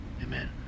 amen